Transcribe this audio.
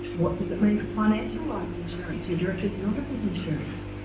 what does it mean for financial lines of insurance? your directors and officers insurance?